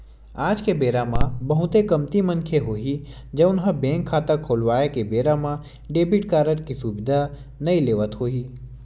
आज के बेरा म बहुते कमती मनखे होही जउन ह बेंक खाता खोलवाए के बेरा म डेबिट कारड के सुबिधा नइ लेवत होही